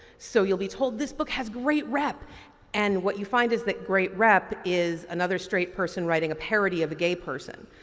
so, you'll be told this book has great rep and what you find is that great rep is another straight person writing a parody of a gay person.